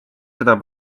seda